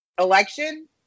election